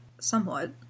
somewhat